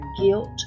guilt